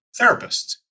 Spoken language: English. therapists